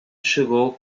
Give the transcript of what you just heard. chegou